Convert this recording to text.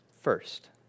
first